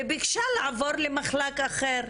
וביקשה לעבור למחלק אחר,